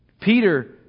Peter